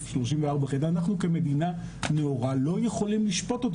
34. אנחנו כמדינה נאורה לא יכולים לשפוט אותו.